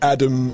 Adam